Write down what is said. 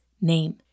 name